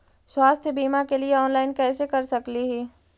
स्वास्थ्य बीमा के लिए ऑनलाइन कैसे कर सकली ही?